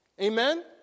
Amen